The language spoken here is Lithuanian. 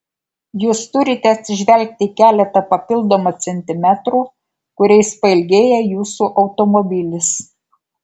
jūs turite atsižvelgti į keletą papildomų centimetrų kuriais pailgėja jūsų automobilis